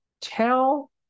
tell